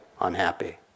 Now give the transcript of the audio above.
unhappy